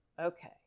okay